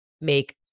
make